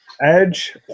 Edge